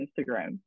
Instagram